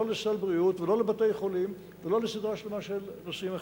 לא לסל הבריאות ולא לבתי-חולים ולא לסדרה שלמה של נושאים אחרים.